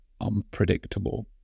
unpredictable